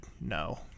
no